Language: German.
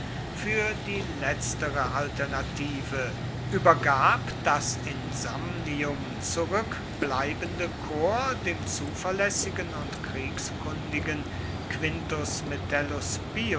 für die letztere alternative übergab das in samnium zurückbleibende korps dem zuverlässigen und kriegskundigen quintus